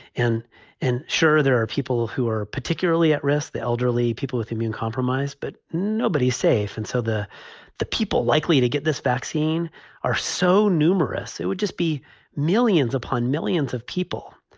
and and sure, there are people who are particularly at risk, the elderly people with immune compromised, but nobody's safe. and so the the people likely to get this vaccine are so numerous, it would just be millions upon millions of people.